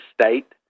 State